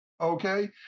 okay